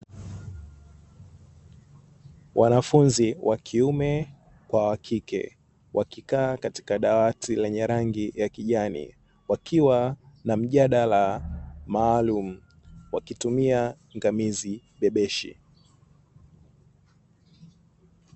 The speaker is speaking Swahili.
Wanafunzi wa kiume kwa wakike wakikaa katika dawati lenye rangi ya kijani wakiwa na mjadala maalumu, wakitumia ngamizi bebeshi.